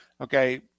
Okay